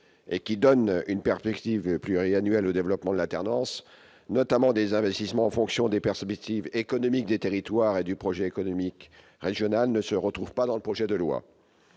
et donnant une perspective pluriannuelle au développement de l'alternance, notamment en matière d'investissements, en fonction des perspectives économiques des territoires et du projet économique régional ne figure pas dans le projet de loi.